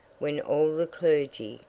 when all the clergy,